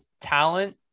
talent